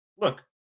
look